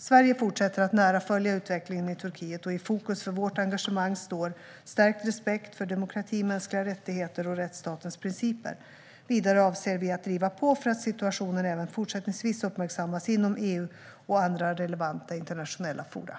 Sverige fortsätter att nära följa utvecklingen i Turkiet, och i fokus för vårt engagemang står stärkt respekt för demokrati, mänskliga rättigheter och rättsstatens principer. Vidare avser vi att driva på för att situationen även fortsättningsvis uppmärksammas inom EU och andra relevanta internationella forum.